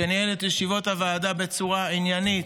שניהל את ישיבות הוועדה בצורה עניינית,